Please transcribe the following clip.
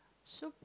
so